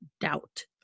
doubt